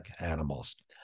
animals